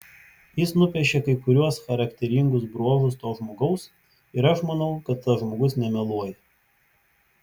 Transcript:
jis nupiešė kai kuriuos charakteringus bruožus to žmogaus ir aš manau kad tas žmogus nemeluoja